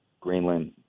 Greenland